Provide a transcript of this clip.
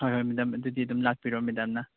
ꯍꯣꯏ ꯍꯣꯏ ꯃꯦꯗꯥꯝ ꯑꯗꯨꯗꯤ ꯑꯗꯨꯝ ꯂꯥꯛꯄꯤꯔꯣ ꯃꯦꯗꯥꯝꯅ